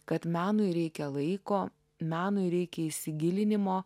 kad menui reikia laiko menui reikia įsigilinimo